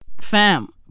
Fam